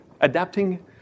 adapting